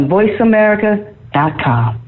VoiceAmerica.com